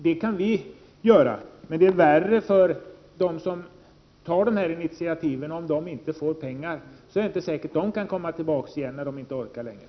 Det kan vi göra, men det är värre för dem som tar dessa initiativ; om de inte får pengar är det inte säkert att de kan komma tillbaka när de inte orkar längre.